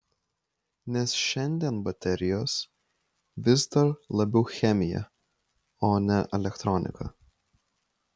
nes šiandien baterijos vis dar labiau chemija o ne elektronika